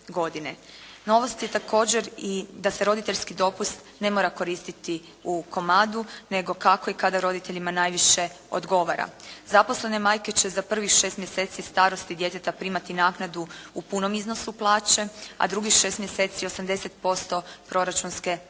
Novost je također i da se roditeljski dopust ne mora koristiti u komadu, nego kakao i kada roditeljima najviše odgovara. Zaposlene majke će za prvih 6 mjeseci starosti djeteta primati naknadu u punom iznosu plaće, a drugih 6 mjeseci 80% proračunske osnovice.